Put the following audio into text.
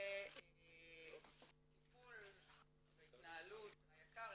וזה טיפול והתנהלות היק"ר,